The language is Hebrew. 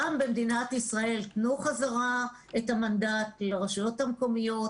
גם במדינת ישראל תנו חזרה את המנדט לרשויות המקומיות,